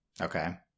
Okay